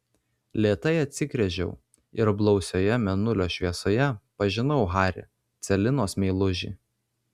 lėtai atsigręžiau ir blausioje mėnulio šviesoje pažinau harį celinos meilužį